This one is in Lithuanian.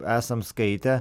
esam skaitę